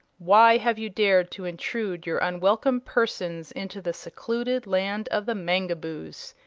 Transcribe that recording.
why have you dared to intrude your unwelcome persons into the secluded land of the mangaboos?